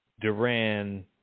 Duran